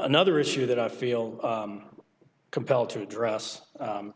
another issue that i feel compelled to address